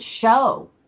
show